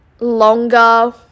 longer